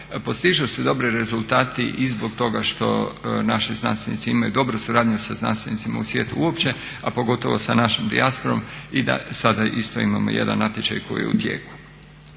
postižu se dobri rezultati i zbog toga što naši znanstvenici imaju dobru suradnju sa znanstvenicima u svijetu uopće a pogotovo sa našom dijasporom i da sada isto imamo jedan natječaj koji je u tijeku.